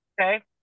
Okay